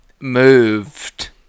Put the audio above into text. moved